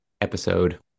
episode